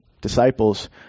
disciples